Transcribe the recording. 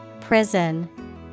Prison